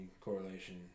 correlation